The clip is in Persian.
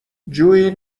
جویی